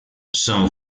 son